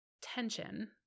Tension